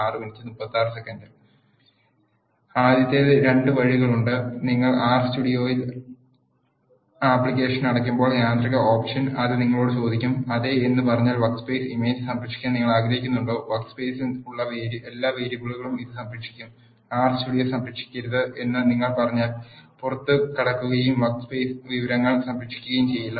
ആദ്യത്തേത് 2 വഴികളുണ്ട് നിങ്ങൾ ആർ സ്റ്റുഡിയോ ആപ്ലിക്കേഷൻ അടയ്ക്കുമ്പോൾ യാന്ത്രിക ഓപ്ഷൻ അത് നിങ്ങളോട് ചോദിക്കും അതെ എന്ന് പറഞ്ഞാൽ വർക്ക്സ്പേസ് ഇമേജ് സംരക്ഷിക്കാൻ നിങ്ങൾ ആഗ്രഹിക്കുന്നുണ്ടോ വർക്ക് സ് പെയ് സിൽ ഉള്ള എല്ലാ വേരിയബിളുകളും ഇത് സംരക്ഷിക്കും ആർ സ്റ്റുഡിയോ സംരക്ഷിക്കരുത് എന്ന് നിങ്ങൾ പറഞ്ഞാൽ പുറത്തുകടക്കുകയും വർക്ക് സ്പെയ്സ് വിവരങ്ങൾ സംരക്ഷിക്കുകയും ചെയ്യില്ല